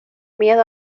miedo